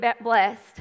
blessed